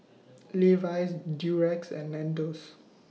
Levi's Durex and Nandos